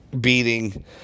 beating